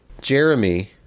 Jeremy